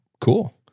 Cool